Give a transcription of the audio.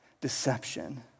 deception